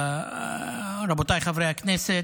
רבותיי חברי הכנסת,